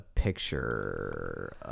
picture